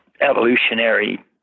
evolutionary